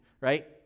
Right